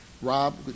Rob